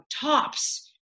tops